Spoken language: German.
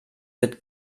wird